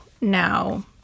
now